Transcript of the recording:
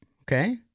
Okay